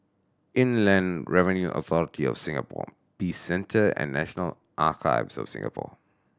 Inland Revenue Authority of Singapore Peace Centre and National Archives of Singapore